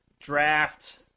draft